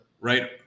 right